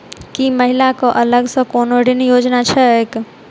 की महिला कऽ अलग सँ कोनो ऋण योजना छैक?